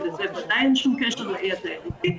שזה בוודאי אין שום קשר לאי התיירותי,